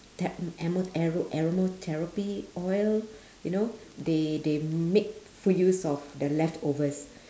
the~ animal a~ animal therapy oil you know they they make full use of the leftovers